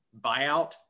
buyout